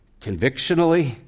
convictionally